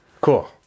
Cool